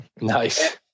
Nice